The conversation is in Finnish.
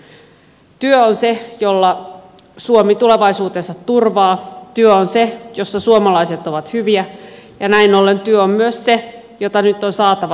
työ on se jolla suomi tulevaisuutensa turvaa työ on se jossa suomalaiset ovat hyviä ja näin ollen työ on myös se jota nyt on saatava suomeen lisää